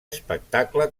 espectacle